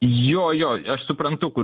jo jo aš suprantu kur